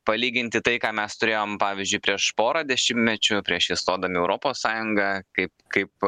palyginti tai ką mes turėjom pavyzdžiui prieš porą dešimtmečių prieš įstodami į europos sąjungą kaip kaip